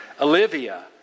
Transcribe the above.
olivia